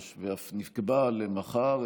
ואף נקבע למחר,